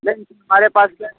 नहीं हमारे पास